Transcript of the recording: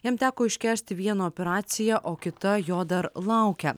jam teko iškęsti vieną operaciją o kita jo dar laukia